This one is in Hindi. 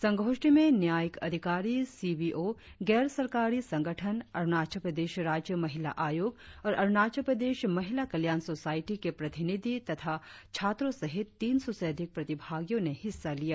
संगोष्ठी में न्यायिक अधिकारी सी बी ओ गैर सरकारी संगठन अरुणाचल प्रदेश राज्य महिला आयोग और अरुणाचल प्रदेश महिला कल्याण सोसायटी के प्रतिनिधि तथा छात्रों सहित तीन सौ से अधिक प्रतिभागियों ने हिस्सा लिया